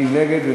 מי נגד?